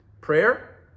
prayer